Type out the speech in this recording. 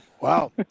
Wow